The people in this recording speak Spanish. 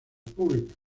públicas